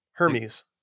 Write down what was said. Hermes